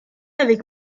avec